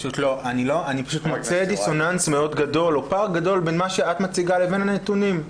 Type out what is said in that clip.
אני מוצא פער גדול בין מה שאת מציגה לבין הנתונים.